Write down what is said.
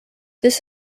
this